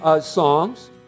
songs